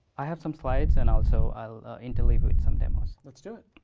i have some slides, and also i'll interlink with some demos. let's do it.